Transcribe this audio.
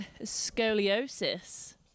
scoliosis